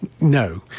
no